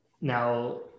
now